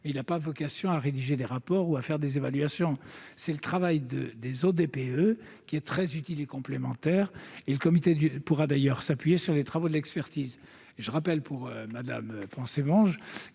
il n'a pas vocation à rédiger des rapports ou à faire des évaluations. C'est le travail de l'ODPE, qui est très utile et complémentaire. Le comité pourra d'ailleurs s'appuyer sur ces travaux d'expertise. Je rappelle à l'attention